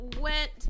went